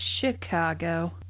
Chicago